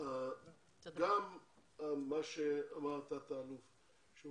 גם מה שאמר תת-אלוף ודמני,